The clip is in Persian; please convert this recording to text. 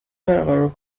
برقرار